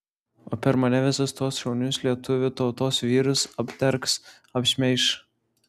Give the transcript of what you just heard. o per mane visus tuos šaunius lietuvių tautos vyrus apdergs apšmeiš